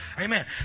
Amen